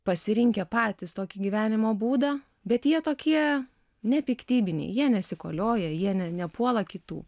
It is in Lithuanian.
pasirinkę patys tokį gyvenimo būdą bet jie tokie nepiktybiniai jie nesikolioja jie ne nepuola kitų